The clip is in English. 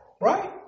Right